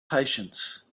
patience